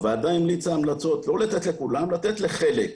הוועדה המליצה המלצות, לא לתת לכולם, לתת לחלק.